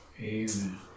Amen